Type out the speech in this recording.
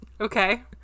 Okay